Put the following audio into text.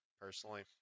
personally